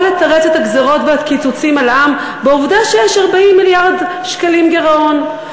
לתרץ את הגזירות והקיצוצים על העם בעובדה שיש 40 מיליארד שקלים גירעון.